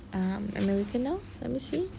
american now let me see